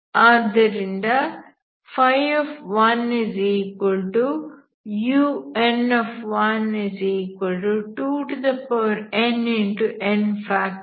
ಆದ್ದರಿಂದ un2nn